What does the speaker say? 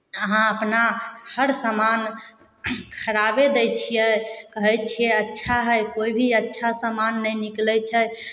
अहाँ अपना हर सामान खराबे दै छियै कहै छियै अच्छा हइ कोइ भी अच्छा सामान नहि निकलै छै